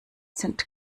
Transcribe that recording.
sind